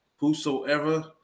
whosoever